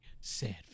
sad